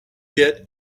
get